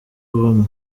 ubumwe